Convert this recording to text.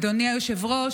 אדוני היושב-ראש,